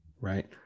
right